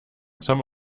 some